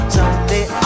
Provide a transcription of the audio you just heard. Someday